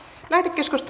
asia